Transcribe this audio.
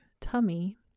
tummy